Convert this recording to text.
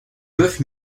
bœuf